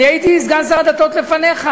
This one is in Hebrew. אני הייתי סגן שר הדתות לפניך,